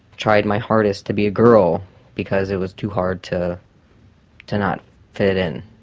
tried my hardest to be a girl because it was too hard to to not fit in.